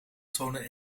toonde